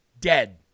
dead